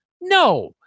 No